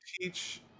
teach